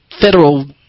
federal